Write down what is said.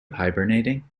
hibernating